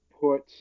put